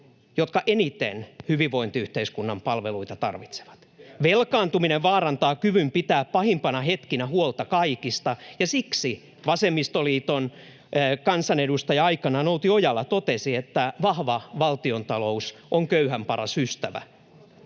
jotka eniten hyvinvointiyhteiskunnan palveluita tarvitsevat. Velkaantuminen vaarantaa kyvyn pitää pahimpina hetkinä huolta kaikista, ja siksi vasemmistoliiton kansanedustaja Outi Ojala aikanaan totesi: ”Vahva valtiontalous on köyhän paras ystävä.”